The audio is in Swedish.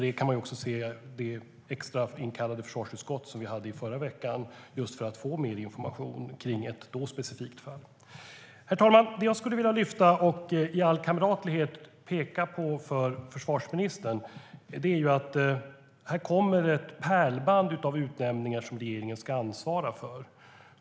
Det kan vi också se på det extra möte försvarsutskottet kallades till i förra veckan, just för att få mer information om ett specifikt fall. Herr talman! Det jag skulle vilja lyfta fram och i all kamratlighet peka på inför försvarsministern är att det kommer ett pärlband av utnämningar regeringen ska ansvara för.